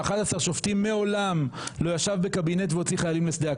אחד מ-11 שופטים מעולם לא ישב בקבינט והוציא חיילים לשדה הקרב.